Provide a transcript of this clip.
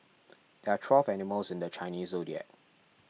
there are twelve animals in the Chinese zodiac